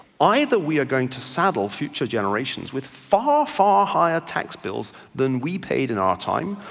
either we are going to saddle future generations with far, far higher tax bills than we paid in our time,